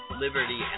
liberty